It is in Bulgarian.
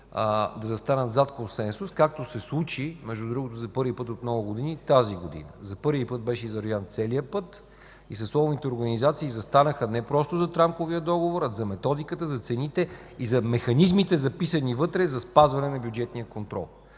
да застанат зад консенсус, както се случи, между другото, за първи път от много години, тази година. За първи път беше извървян целият път и съсловните организации застанаха не просто зад рамковия договор, а зад методиката за цените и зад механизмите, записани вътре, за спазване на бюджетния контрол.